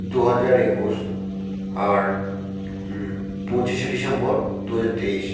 দু হাজার একুশ আর পঁচিশে ডিসেম্বর দু হাজার তেইশ